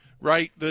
right